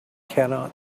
cannot